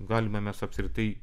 galime mes apskritai